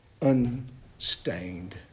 unstained